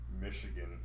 Michigan